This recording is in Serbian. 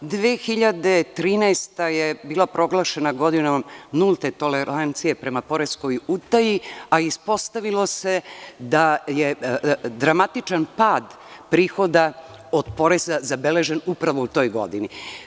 Godina 2013. je bila proglašena godinom nulte tolerancije prema poreskoj utaji, a ispostavilo se da je dramatičan pad prihoda od poreza zabeležen upravo u toj godini.